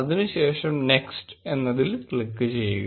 അതിനുശേഷം നെക്സ്റ്റ് എന്നതിൽ ക്ലിക്ക് ചെയ്യുക